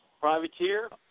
Privateer